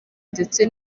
ndetse